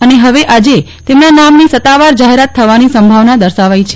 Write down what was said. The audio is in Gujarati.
અને હવે આંજે તેમના નામની સત્તાવાર જાહેરાત થવાની સંભાવના દર્શાવાઈ છે